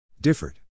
differed